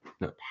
No